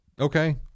Okay